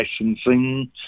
licensing